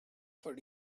for